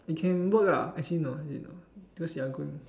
you can work lah actually no no cause you're going